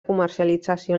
comercialització